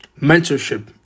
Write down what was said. Mentorship